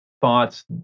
thoughts